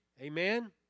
Amen